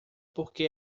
porque